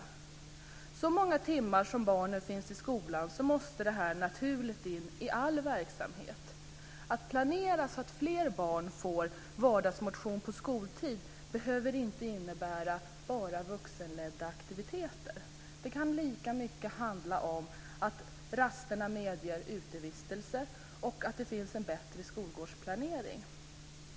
Med tanke på hur många timmar barnen finns i skolan måste det här naturligt in i all verksamhet. Att planera så att fler barn får vardagsmotion på skoltid behöver inte innebära bara vuxenledda aktiviteter. Det kan lika mycket handla om att rasterna medger utevistelse och att det finns en bättre skolgårdsplanering.